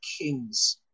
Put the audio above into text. kings